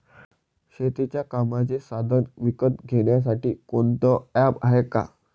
शेतीच्या कामाचे साधनं विकत घ्यासाठी कोनतं ॲप हाये का?